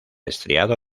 estriado